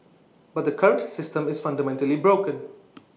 but the current system is fundamentally broken